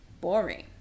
boring